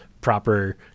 proper